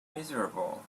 miserable